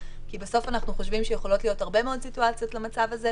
כי בסוף אנחנו חושבים שיכולות להיות הרבה מאוד סיטואציות למצב הזה,